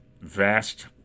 vast